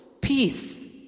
peace